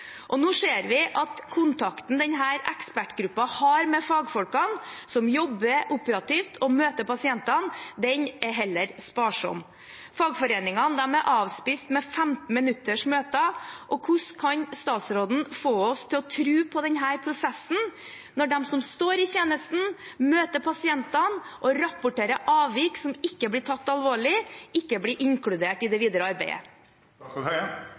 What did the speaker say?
Nå ser vi at kontakten denne ekspertgruppen har med fagfolkene som jobber operativt og møter pasientene, er heller sparsom. Fagforeningene er avspist med 15 minutters møter. Hvordan skal statsråden få oss til å tro på denne prosessen når de som står i tjenesten, møter pasientene og rapporterer avvik som ikke blir tatt alvorlig, ikke blir inkludert i det videre